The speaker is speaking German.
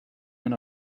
man